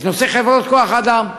את נושא חברות כוח-האדם,